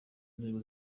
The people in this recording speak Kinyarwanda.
nzego